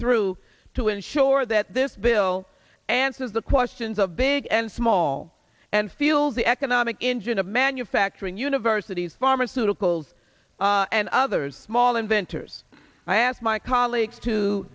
through to ensure that this bill answers the questions of big and small and feel the economic engine of manufacturing universities pharmaceuticals and others small inventors i asked my colleagues to